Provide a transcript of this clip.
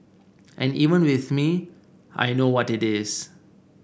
and even with me I know what it is